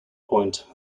point